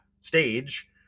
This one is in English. stage